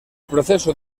proceso